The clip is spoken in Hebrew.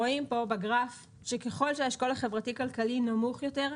בגרף הבא אנחנו רואים שככל שהאשכול החברתי-כלכלי נמוך יותר,